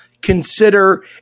consider